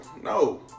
no